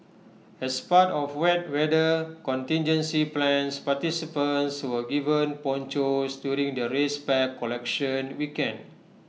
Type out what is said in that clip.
as part of wet weather contingency plans participants were given ponchos during the race pack collection weekend